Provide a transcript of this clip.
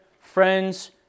friends